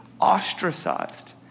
ostracized